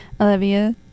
Olivia